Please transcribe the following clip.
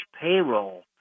payroll